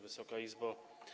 Wysoka Izbo!